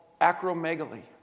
acromegaly